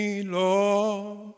Lord